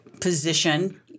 position